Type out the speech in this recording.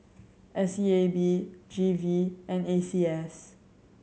S E A B G V and A C S